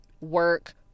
work